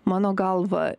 mano galva